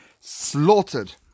slaughtered